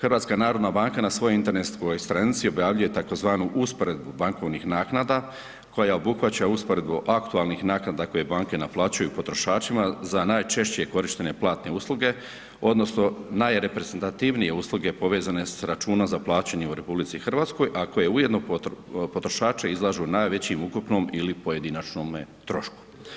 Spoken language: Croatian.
HNB na svojoj internetskoj stranici objavljuje tzv. usporedbu bankovnih naknada koja obuhvaća usporedbu aktualnih naknada koje banke naplaćuju potrošačima za najčešće korištene platne usluge odnosno najreprezentativnije usluge povezane s računa za plaćanje u RH, a koje ujedno potrošače izlažu najvećem ukupnome ili pojedinačnome trošku.